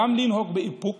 לנהוג באיפוק